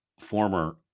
former